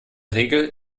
regel